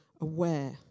aware